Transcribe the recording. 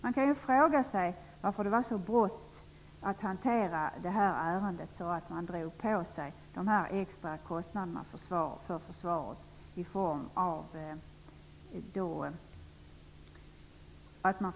Man kan ju fråga sig varför det var så bråttom att hantera detta ärende att man drog på sig dessa extra kostnader för försvaret i form av skadestånd.